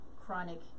chronic